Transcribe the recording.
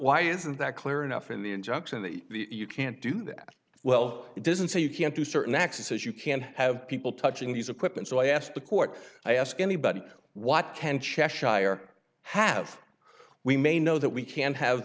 why isn't that clear enough in the injunction that you can't do that well it doesn't say you can't do certain acts as you can't have people touching these equipment so i asked the court i ask anybody what can cheshire higher have we may know that we can have